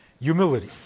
Humility